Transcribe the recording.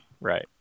right